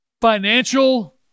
financial